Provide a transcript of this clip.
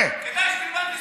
כדאי שתלמד לספור.